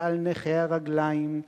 ועל נכה הרגליים,